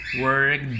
work